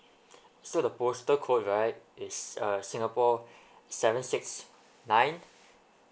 so the postal code right is uh singapore seven six nine